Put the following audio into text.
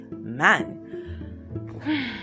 man